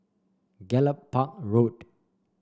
Gallop Park Road